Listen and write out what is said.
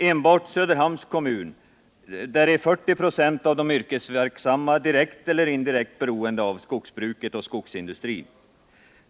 Enbart inom Söderhamns kommun är 40 96 av de yrkesverksamma direkt eller indirekt beroende av skogsbruket och skogsindustrin.